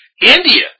India